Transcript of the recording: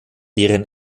deren